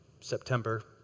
September